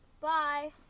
bye